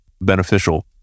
beneficial